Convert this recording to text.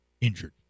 injured